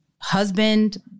husband